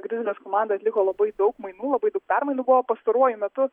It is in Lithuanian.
grizlis komanda atliko tai daug mainų labai daug permainų buvo pastaruoju metu